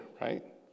right